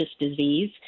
disease